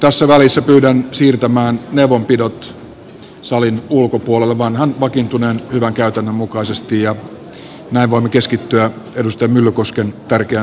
tässä vaiheessa pyydän siirtämään neuvonpidot salin ulkopuolelle vanhan vakiintuneen hyvän käytännön mukaisesti ja näin voimme keskittyä edustaja myllykosken tärkeään sanomaan